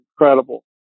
incredible